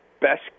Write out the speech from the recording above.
best